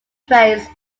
thrace